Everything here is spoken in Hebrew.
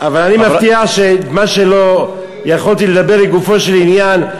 אבל אני מבטיח שמה שלא יכולתי לדבר לגופו של עניין,